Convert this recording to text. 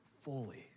fully